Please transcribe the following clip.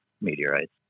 meteorites